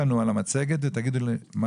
יצוקה, כך שיש לי את כל